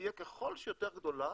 תהיה כמה שיותר גדולה,